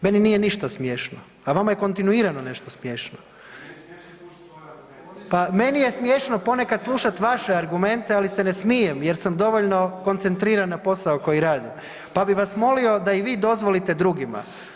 Meni nije ništa smiješno, a vama je kontinuirano nešto smiješno. … [[Upadica se ne razumije.]] pa meni je smiješno ponekad slušati vaše argumente, ali se ne smijem jer sam dovoljno koncentriran na posao koji radim, pa bi vas molio da i vi dozvolite drugima.